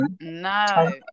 No